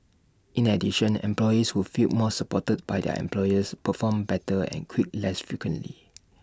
in addition employees who feel more supported by their employers perform better and quit less frequently